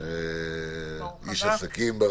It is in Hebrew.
-- לכופף כן, אבל לא לשבור את זה בסוף על חשבון